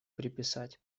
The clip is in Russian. приписать